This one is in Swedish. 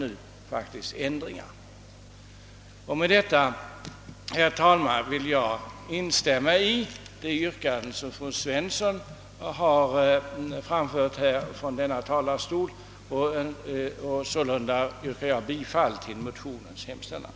Med detta anförande, herr talman, vill jag instämma i det yrkande som fru Svensson har framfört från denna talarstol. Sålunda yrkar jag bifall till motionens hemställan.